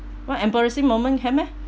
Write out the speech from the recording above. what embarrassing moment can meh